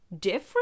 different